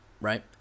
right